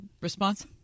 response